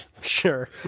Sure